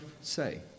say